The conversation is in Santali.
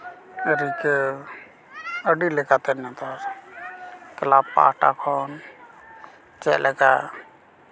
ᱨᱤᱠᱟᱹ ᱟᱹᱰᱤ ᱞᱮᱠᱟᱛᱮ ᱱᱮᱛᱟᱨ ᱠᱞᱟᱵᱽ ᱯᱟᱦᱚᱴᱟ ᱠᱷᱚᱱ ᱪᱮᱫ ᱞᱮᱠᱟ